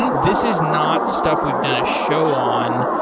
and this is not stuff we've done a show on.